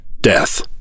Death